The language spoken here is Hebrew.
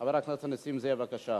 חבר הכנסת נסים זאב, בבקשה.